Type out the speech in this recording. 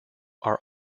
are